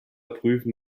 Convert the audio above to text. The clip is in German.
prüfen